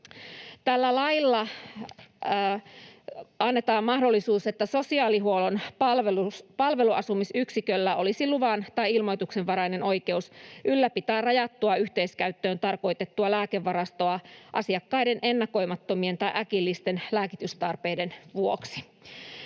Tällä lailla annetaan mahdollisuus, että sosiaalihuollon palveluasumisyksiköllä olisi luvan- tai ilmoituksenvarainen oikeus ylläpitää rajattua yhteiskäyttöön tarkoitettua lääkevarastoa asiakkaiden ennakoimattomien tai äkillisten lääkitystarpeiden vuoksi.